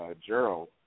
Gerald